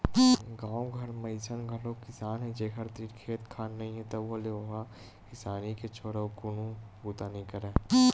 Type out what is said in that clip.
गाँव घर म अइसन घलोक किसान हे जेखर तीर खेत खार नइ हे तभो ले ओ ह किसानी के छोर अउ कोनो बूता नइ करय